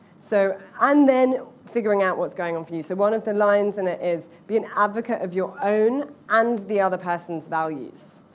so then figuring out what's going on for you. so one of the lines in it is be an advocate of your own, and the other person's, values.